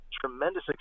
tremendous